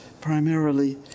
primarily